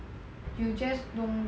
you just don't